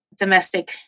domestic